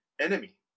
enemy